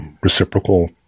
reciprocal